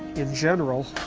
in general